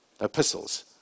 epistles